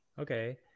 Okay